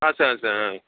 असं असं हां